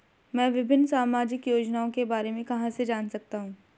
मैं विभिन्न सामाजिक योजनाओं के बारे में कहां से जान सकता हूं?